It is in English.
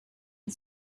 and